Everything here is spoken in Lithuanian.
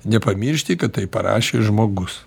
nepamiršti kad tai parašė žmogus